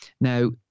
Now